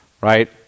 right